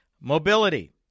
Mobility